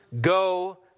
Go